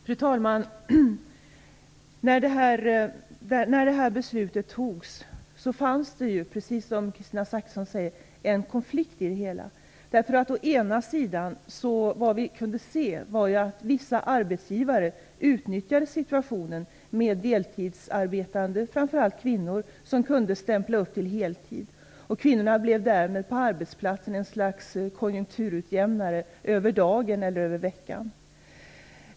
Fru talman! När det här beslutet togs fanns det, precis som Kristina Zakrisson säger, en konflikt i det hela. Å ena sidan kunde vi se att vissa arbetsgivare utnyttjade situationen med deltidsarbetande, framför allt kvinnor, som kunde stämpla upp till heltid. Kvinnorna blev därmed på arbetsplatsen ett slags konjunkturutjämnare över dagen eller över veckan.